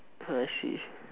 ah I see